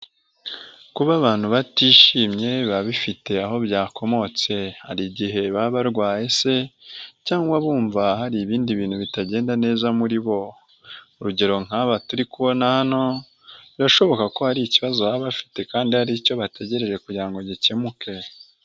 Kuba abantu batishimye, biba bifite aho byakomotse. Hari igihe baba barwaye se, cyangwa bumva hari ibindi bintu bitagenda neza muri bo. Urugero nk'aba turi kubona hano, birashoboka ko hari ikibazo baba bafite, kandi hari icyo bategereje, kugira ngo gikemuke.